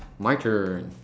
my turn